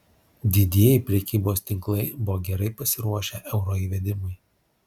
didieji prekybos tinklai buvo gerai pasiruošę euro įvedimui